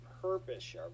purpose